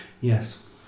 Yes